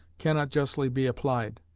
cannot justly be applied.